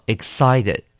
Excited